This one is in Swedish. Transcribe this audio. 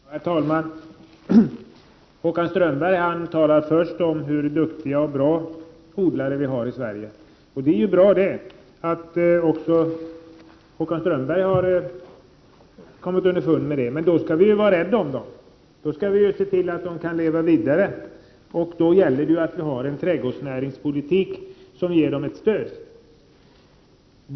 Herr talman! Håkan Strömberg talar först om hur duktiga och bra odlare vi har i Sverige. Det är gott och väl att även Håkan Strömberg har kommit underfund med det. Men låt oss då vara rädda om dem. Se till att de kan leva vidare! Det gäller att föra en trädgårdsnäringspolitik som ger dem stöd.